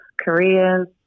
careers